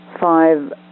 five